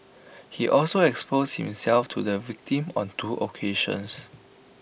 he also exposed himself to the victim on two occasions